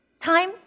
time